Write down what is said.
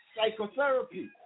psychotherapy